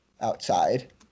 outside